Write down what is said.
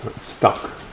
stuck